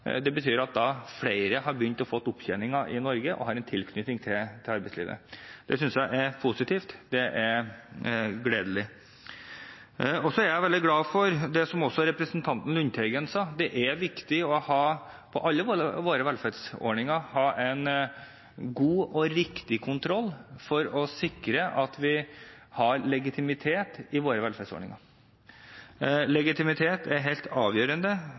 Det betyr at flere har begynt å få opptjeninger i Norge og har en tilknytning til arbeidslivet. Det synes jeg er positivt og gledelig. Så er jeg veldig glad for det som også representanten Lundteigen sa, at det er viktig – for alle våre velferdsordninger – å ha en god og riktig kontroll for å sikre legitimiteten til våre velferdsordninger. Legitimitet er helt avgjørende